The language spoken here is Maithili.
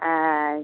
हँ